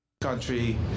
...country